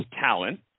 talent